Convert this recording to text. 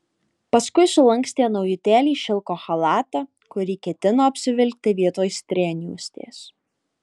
paskui sulankstė naujutėlį šilko chalatą kurį ketino apsivilkti vietoj strėnjuostės